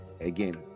again